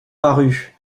parut